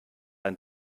ein